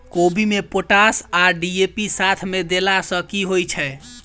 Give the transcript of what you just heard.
कोबी मे पोटाश आ डी.ए.पी साथ मे देला सऽ की होइ छै?